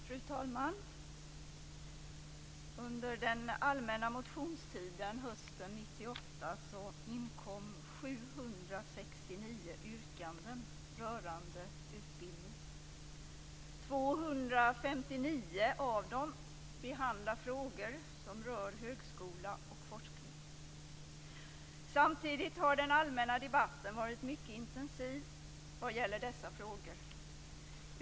Fru talman! Under den allmänna motionstiden hösten 1998 inkom 769 yrkanden rörande utbildning. 259 av dem behandlar frågor som rör högskola och forskning. Samtidigt har den allmänna debatten varit mycket intensiv vad gäller dessa frågor.